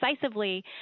decisively